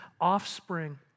offspring